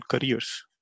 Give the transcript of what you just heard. careers